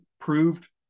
proved